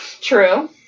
True